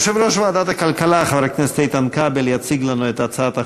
יושב-ראש ועדת הכלכלה חבר הכנסת איתן כבל יציג לנו את הצעת החוק.